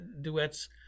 duets